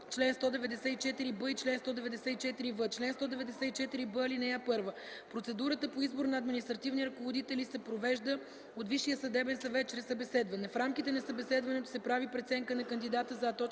чл. 194б и чл. 194в: „Чл. 194б. (1) Процедурата по избор на административни ръководители се провежда от Висшия съдебен съвет чрез събеседване. В рамките на събеседването се прави преценка на кандидата за: